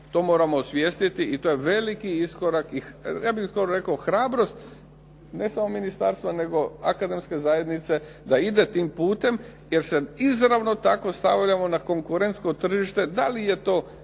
To moramo osvijestiti. I to je veliki iskorak, ja bih skoro rekao hrabrost, ne samo ministarstva, nego akademske zajednice da ide tim putem, jer se izravno tako stavljamo na konkurentsko tržište